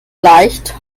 leicht